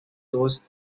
those